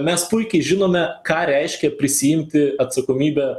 mes puikiai žinome ką reiškia prisiimti atsakomybę